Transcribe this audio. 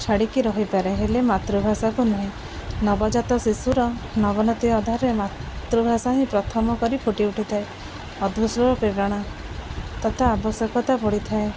ଛାଡ଼ିକି ରହିପାରେ ହେଲେ ମାତୃଭାଷାକୁ ନୁହେଁ ନବଜାତ ଶିଶୁର ଅଧରରେ ମାତୃଭାଷା ହିଁ ପ୍ରଥମ କରି ଫୁଟି ଉଠିଥାଏ ଓ ପ୍ରେରଣା ତଥା ଆବଶ୍ୟକତା ପଡ଼ିଥାଏ